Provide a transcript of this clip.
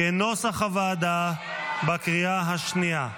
כנוסח הוועדה, בקריאה השנייה.